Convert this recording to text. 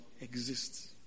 Exists